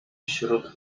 wśród